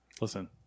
Listen